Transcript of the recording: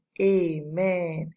Amen